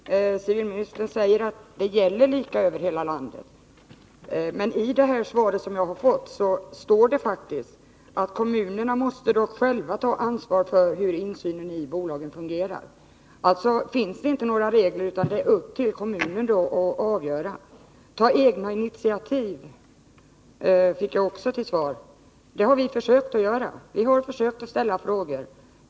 Herr talman! Civilministern säger att bestämmelserna gäller lika i hela landet. Men i svaret som jag har fått står det faktiskt: ”Kommunerna måste dock själva ta ansvar för hur insynen i bolagen fungerar.” Alltså finns det inte några regler, utan det är upp till varje kommun att avgöra. Ta egna initiativ, fick jag också till svar. Det har vi försökt göra — vi har försökt ställa frågor.